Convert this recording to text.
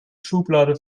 schublade